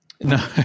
no